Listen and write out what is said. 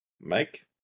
Mike